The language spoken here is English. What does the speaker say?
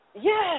Yes